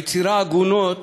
היצירה 'עגונות'